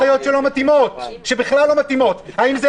אבל יש הנחיות שבכלל לא מתאימות.